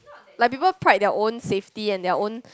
like people pride their own safety and their own